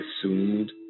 assumed